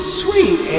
sweet